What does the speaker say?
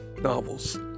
novels